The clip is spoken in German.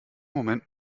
moment